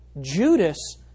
Judas